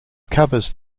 covers